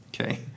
okay